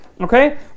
Okay